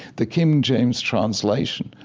the king james translation.